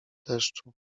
deszczu